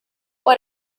what